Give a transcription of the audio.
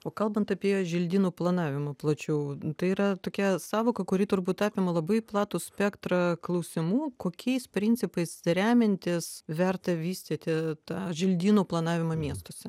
o kalbant apie želdynų planavimą plačiau tai yra tokia sąvoka kuri turbūt apima labai platų spektrą klausimų kokiais principais remiantis verta vystyti tą želdynų planavimą miestuose